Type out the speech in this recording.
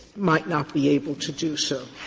might not be able to do so.